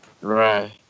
right